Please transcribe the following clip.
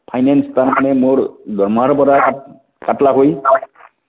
finance তাৰমানে মোৰ দৰমহাৰ পৰা কাটলাক হৈ